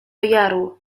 jaru